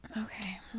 Okay